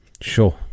Sure